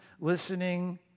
listening